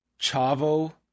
Chavo